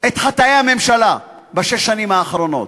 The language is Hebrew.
את חטאי הממשלה בשש השנים האחרונות,